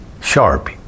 sharp